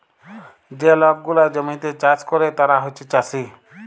যে লক গুলা জমিতে চাষ ক্যরে তারা হছে চাষী